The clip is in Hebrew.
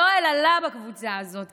יואל עלה בקבוצה הזאת,